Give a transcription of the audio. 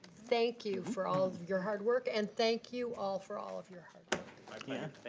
thank you, for all of your hard work, and thank you all for all of your hard like